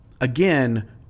Again